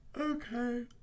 Okay